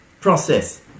process